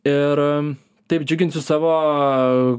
ir taip džiuginsiu savo